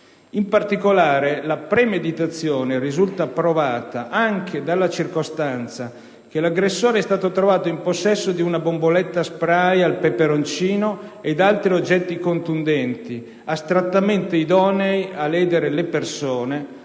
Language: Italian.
In particolare, la premeditazione risulta provata anche dalla circostanza che l'aggressore è stato trovato in possesso di una bomboletta spray al peperoncino e di altri oggetti contundenti, astrattamente idonei a ledere le persone,